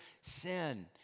sin